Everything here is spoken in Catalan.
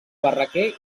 barraquer